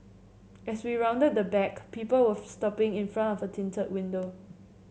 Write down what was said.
as we rounded the back people with stopping in front of a tinted window